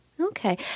Okay